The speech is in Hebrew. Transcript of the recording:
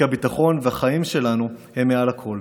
כי הביטחון והחיים שלנו הם מעל הכול.